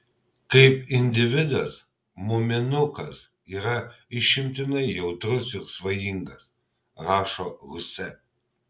kaip individas muminukas yra išimtinai jautrus ir svajingas rašo huse